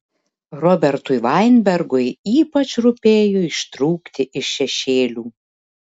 robertui vainbergui ypač rūpėjo ištrūkti iš šešėlių